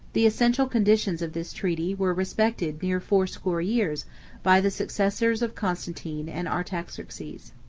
the essential conditions of this treaty were respected near fourscore years by the successors of constantine and artaxerxes.